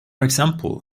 example